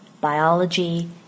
biology